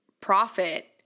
profit